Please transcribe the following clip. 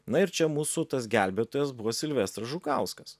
na ir čia mūsų tas gelbėtojas buvo silvestras žukauskas